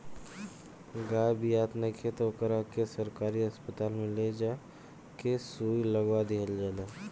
गाय बियात नइखे त ओकरा के सरकारी अस्पताल में ले जा के सुई लगवा दीहल जाला